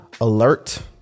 alert